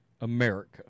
America